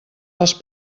les